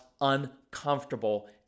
uncomfortable